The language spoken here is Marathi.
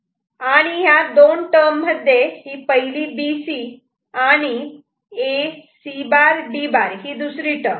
आणि ह्या दोन टर्म मध्ये ही पहिली B C आणि A C' D' ही दुसरी टर्म